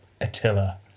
Attila